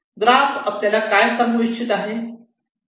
graph आपल्याला काय सांगू इच्छित आहे